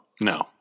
No